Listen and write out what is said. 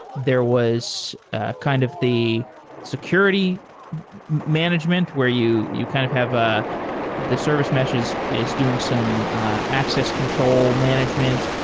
there was ah kind of the security management where you you kind of have ah the service meshes is doing some access control management.